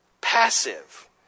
passive